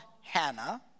Hannah